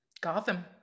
Gotham